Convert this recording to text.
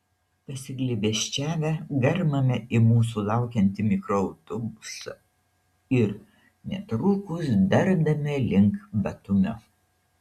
pasiglėbesčiavę garmame į mūsų laukiantį mikroautobusą ir netrukus dardame link batumio